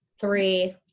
three